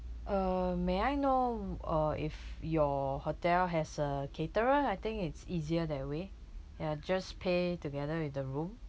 uh may I know uh if your hotel has a caterer I think it's easier that way ya just pay together with the room